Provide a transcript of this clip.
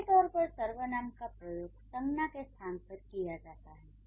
मोटे तौर पर सर्वनाम का प्रयोग संज्ञा के स्थान पर किया जाता है